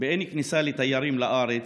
באין כניסה לתיירים לארץ.